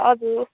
हजुर